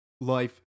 life